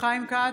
חיים כץ,